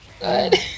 good